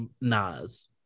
Nas